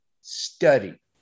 study